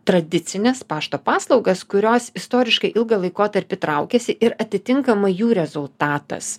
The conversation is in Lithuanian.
tradicines pašto paslaugas kurios istoriškai ilgą laikotarpį traukėsi ir atitinkamai jų rezultatas